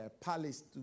palace